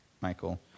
Michael